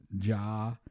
Ja